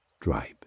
tribe